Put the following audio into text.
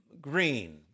green